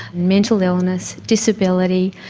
mental illness, disability.